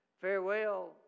farewell